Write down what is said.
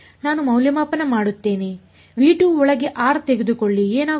ನಾನು ಮೌಲ್ಯಮಾಪನ ಮಾಡುತ್ತೇನೆ ಒಳಗೆ r ತೆಗೆದುಕೊಳ್ಳಿ ಏನಾಗುತ್ತದೆ